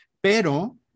pero